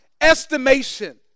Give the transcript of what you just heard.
estimation